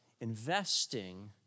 investing